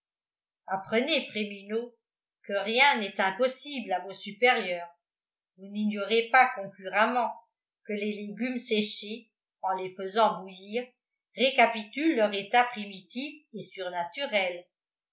apprenez fréminot que rien n'est impossible à vos supérieurs vous n'ignorez pas concurremment que les légumes séchés en les faisant bouillir récapitulent leur état primitif et surnaturel